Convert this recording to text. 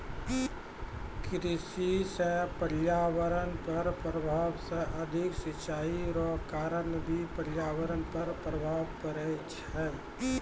कृषि से पर्यावरण पर प्रभाव मे अधिक सिचाई रो कारण भी पर्यावरण पर प्रभाव पड़ै छै